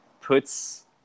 puts